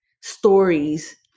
stories